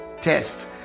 tests